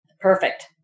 Perfect